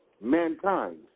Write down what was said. mankind